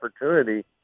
opportunity